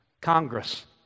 Congress